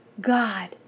God